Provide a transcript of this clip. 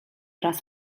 raz